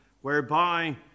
whereby